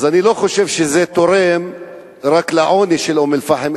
אז אני לא חושב שזה תורם רק לעוני של אום-אל-פחם,